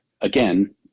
again